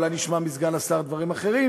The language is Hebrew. אולי נשמע מסגן השר דברים אחרים